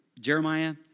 Jeremiah